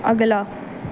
ਅਗਲਾ